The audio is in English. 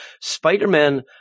Spider-Man